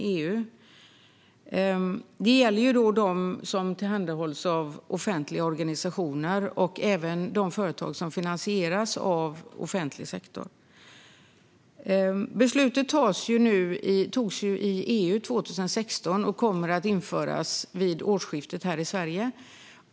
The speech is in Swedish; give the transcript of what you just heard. Detta gäller de som tillhandahålls av offentliga organisationer och även av företag som finansieras av offentlig sektor. Beslutet togs i EU 2016 och kommer att införas här i Sverige vid årsskiftet.